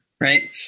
right